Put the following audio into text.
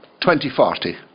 2040